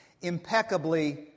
Impeccably